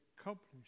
accomplished